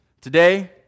Today